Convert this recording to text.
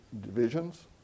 divisions